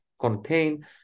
contain